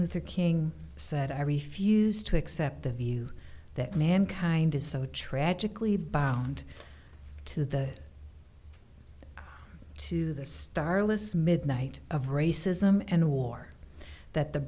luther king said i refuse to accept the view that mankind is so tragically bound to the to the starless midnight of racism and war that the